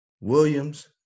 Williams